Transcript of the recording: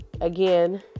again